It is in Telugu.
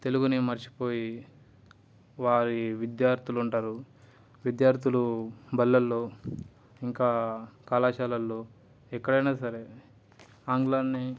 తెలుగుని మర్చిపోయి వారి విద్యార్థులు ఉంటారు విద్యార్థులు బళ్ళలో ఇంకా కళాశాలలో ఎక్కడైనా సరే ఆంగ్లాన్ని